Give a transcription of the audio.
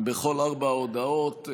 בכל ארבע ההודעות.